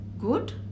good